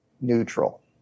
neutral